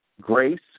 grace